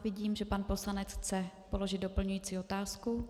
Vidím, že pan poslanec chce položit doplňující otázku.